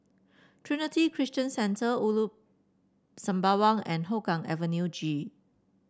Trinity Christian Centre Ulu Sembawang and Hougang Avenue G